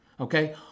okay